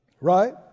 Right